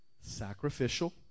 Sacrificial